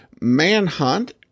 Manhunt